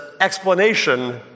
explanation